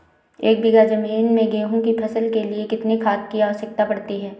एक बीघा ज़मीन में गेहूँ की फसल के लिए कितनी खाद की आवश्यकता पड़ती है?